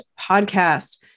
Podcast